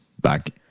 back